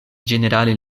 ĝenerale